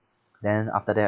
then after that